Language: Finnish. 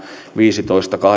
viisitoista